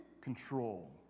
control